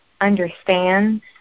understands